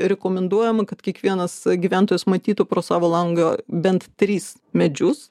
rekomenduojama kad kiekvienas gyventojas matytų pro savo langą bent tris medžius